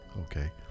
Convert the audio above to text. okay